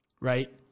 right